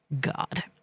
God